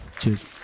Cheers